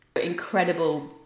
incredible